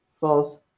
false